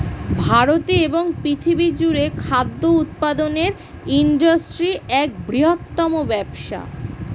ভারতে এবং পৃথিবী জুড়ে খাদ্য উৎপাদনের ইন্ডাস্ট্রি এক বৃহত্তম ব্যবসা